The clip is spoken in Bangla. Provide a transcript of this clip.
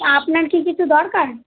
তা আপনার কি কিছু দরকার